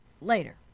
later